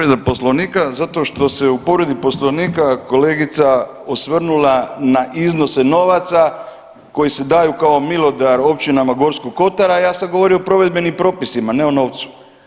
Povreda Poslovnika zato što se u povredi Poslovnika kolegica osvrnula na iznose novaca koji se daju kao milodar općinama Gorskog kotara, a ja sam govorio o provedbenim propisima ne o novcu.